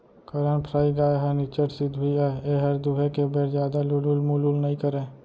करन फ्राइ गाय ह निच्चट सिधवी अय एहर दुहे के बेर जादा तुलुल मुलुल नइ करय